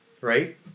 right